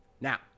Now